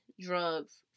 drugs